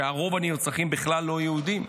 שרוב הנרצחים בו בכלל לא יהודים,